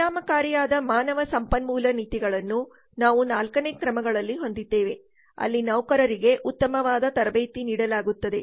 ಪರಿಣಾಮಕಾರಿಯಾದ ಮಾನವ ಸಂಪನ್ಮೂಲ ನೀತಿಗಳನ್ನು ನಾವು ನಾಲ್ಕನೇ ಕ್ರಮಗಳಲ್ಲಿ ಹೊಂದಿದ್ದೇವೆ ಅಲ್ಲಿ ನೌಕರರಿಗೆ ಉತ್ತಮವಾಗಿ ತರಬೇತಿ ನೀಡಲಾಗುತ್ತದೆ